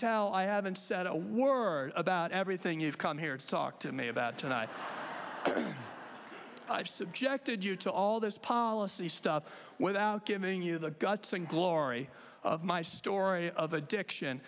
tell i haven't said a word about everything you've come here to talk to me about tonight i've subjected you to all this policy stuff without giving you the guts and glory of my story of addiction